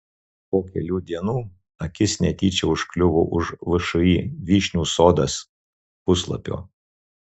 po kelių dienų akis netyčia užkliuvo už všį vyšnių sodas puslapio